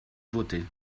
voter